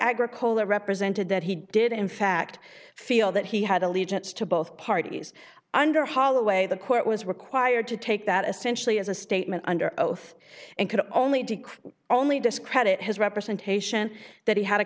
agricola represented that he did in fact feel that he had allegiance to both parties under holloway the court was required to take that essentially as a statement under oath and could only decree only discredit his representation that he had a